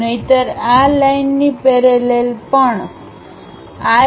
નહિંતર આ લાઇનની પેરેલલ પણ પેરેલલ